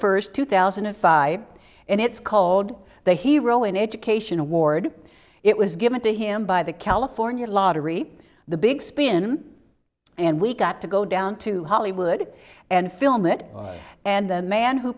first two thousand and five and it's called the hero in education award it was given to him by the california lottery the big spin and we got to go down to hollywood and film it and the man who